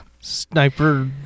sniper